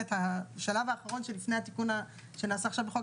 השלב האחרון שלפני התיקון שנעשה עכשיו בחוק